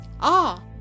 Ah